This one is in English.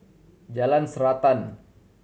Jalan Srantan